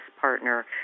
partner